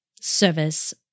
service